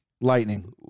Lightning